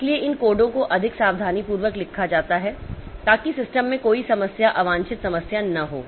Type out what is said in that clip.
इसलिए इन कोडों को अधिक सावधानीपूर्वक लिखा जाता है ताकि सिस्टम में कोई समस्या अवांछित समस्या न हो